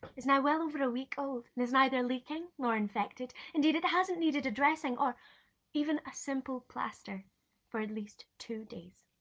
is now well over a week old and is neither leaking nor infected. indeed it has not needed a dressing or even a simple plaster for at least two days.